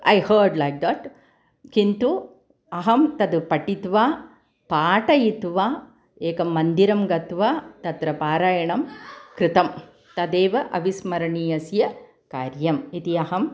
I heard like that किन्तु अहं तद् पठित्वा पाठयित्वा एकं मन्दिरं गत्वा तत्र पारायणं कृतं तदेव अविस्मरणीयस्य कार्यम् इति अहम्